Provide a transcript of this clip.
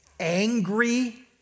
angry